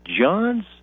John's